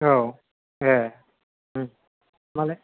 औ ए मानि